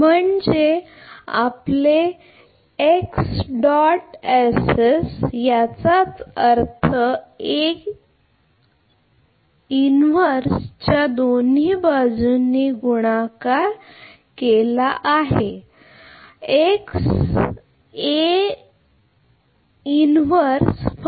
म्हणजे आपले याचा अर्थ च्या दोन्ही बाजूंनी गुणाकार याचा अर्थ आहे